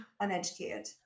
uneducated